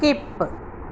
skip